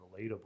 relatable